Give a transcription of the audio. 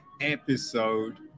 episode